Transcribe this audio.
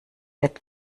wird